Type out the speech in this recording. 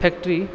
factory